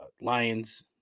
Lions